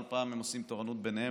כל פעם הם עושים תורנות ביניהם,